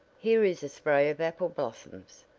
here is a spray of apple blossoms.